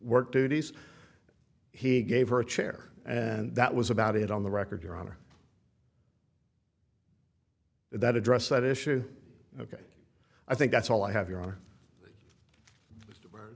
work duties he gave her a chair and that was about it on the record your honor that address that issue i think that's all i have your honor